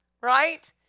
Right